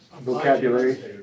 Vocabulary